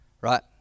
Right